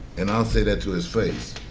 and i'll say that to his face.